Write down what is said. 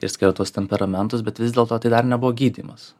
išskirtus temperamentus bet vis dėlto tai dar nebuvo gydymas